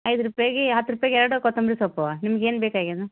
ಐದು ರೂಪಾಯ್ಗೆ ಹತ್ತು ರೂಪಾಯ್ಗೆ ಎರಡು ಕೊತ್ತಂಬರಿ ಸೊಪ್ಪು ನಿಮ್ಗೆ ಏನು ಬೇಕಾಗ್ಯದೆ